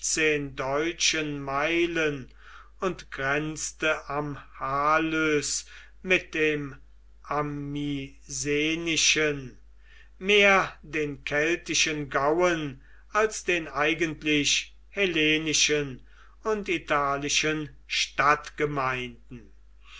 deutschen meilen und grenzte am halys mit dem amisenischen mehr den keltischen gauen als den eigentlich hellenischen und italischen stadtgemeinden